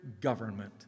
government